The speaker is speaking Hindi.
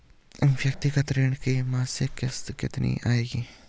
व्यक्तिगत ऋण की मासिक किश्त कितनी आएगी?